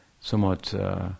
somewhat